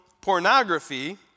pornography